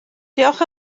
diolch